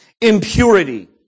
impurity